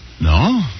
No